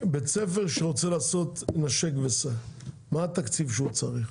בית ספר שרוצה לעשות 'נשק וסע' מה התקציב שהוא צריך?